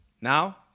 Now